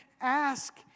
ask